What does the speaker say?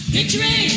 Victory